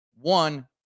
One